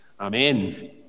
Amen